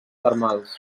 termals